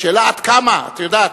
השאלה עד כמה, את יודעת.